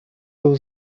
był